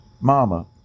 Mama